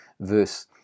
verse